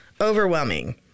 overwhelming